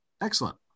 Excellent